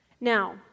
Now